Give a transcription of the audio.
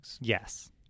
Yes